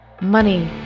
money